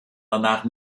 danach